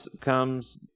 comes